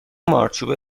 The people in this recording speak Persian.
مارچوبه